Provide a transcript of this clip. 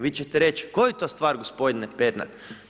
Vi ćete reći Koju to stvar gospodine Pernar?